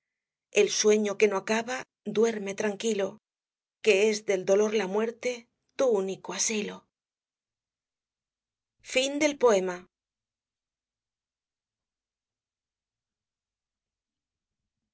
el sueño que no acaba duerme tranquilo que es del dolor la muerte tu único asilo